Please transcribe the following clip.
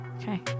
Okay